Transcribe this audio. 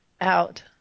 out